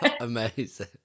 amazing